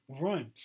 run